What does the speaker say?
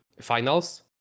finals